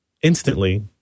instantly